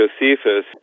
Josephus